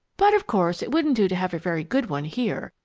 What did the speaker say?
but of course it wouldn't do to have a very good one here.